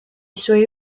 suoi